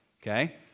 Okay